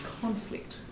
conflict